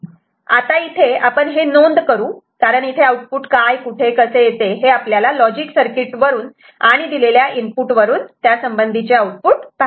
आता इथे आपण हे नोंद करू कारण इथे आउटपुट काय कुठे येते हे आपल्याला या लॉजिक सर्किट वरून आणि दिलेल्या इनपुट वरून त्यासंबंधीचे आउटपुट मिळते